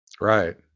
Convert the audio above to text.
Right